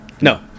No